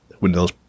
Windows